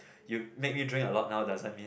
you make me drink a lot now doesn't mean